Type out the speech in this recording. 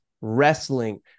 wrestling